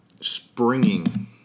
springing